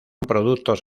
productos